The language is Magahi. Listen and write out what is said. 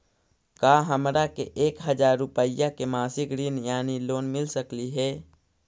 का हमरा के एक हजार रुपया के मासिक ऋण यानी लोन मिल सकली हे?